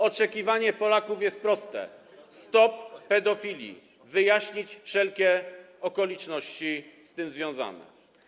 Oczekiwanie Polaków jest proste: stop pedofilii, wyjaśnić wszelkie okoliczności z tym związane.